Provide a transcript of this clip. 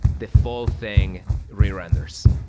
the full thing re-renders.